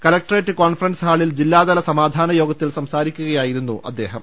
collectorate conference ഹാളിൽ ജില്ലാതല സമാധാന യോഗ ത്തിൽ സംസാരിക്കുകയായിരുന്നു അദ്ദേഹം